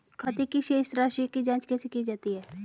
खाते की शेष राशी की जांच कैसे की जाती है?